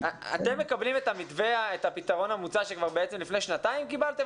אתם מקבלים את הפתרון המוצע שכבר בעצם לפני שנתיים קיבלתם?